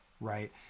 Right